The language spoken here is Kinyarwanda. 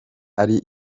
ari